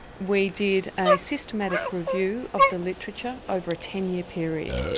we did a systematic review of the literature over a ten year period.